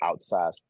outsized